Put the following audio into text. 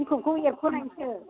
बिखबखौ एरख'नायसो